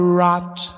rot